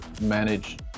manage